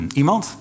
iemand